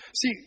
See